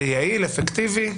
זה יעיל, אפקטיבי?